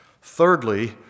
Thirdly